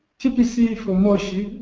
tpc from moshi,